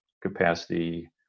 capacity